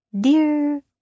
dear